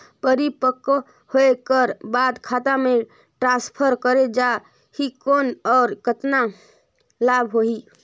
परिपक्व होय कर बाद खाता मे ट्रांसफर करे जा ही कौन और कतना लाभ होही?